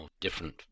different